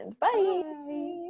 Bye